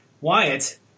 Wyatt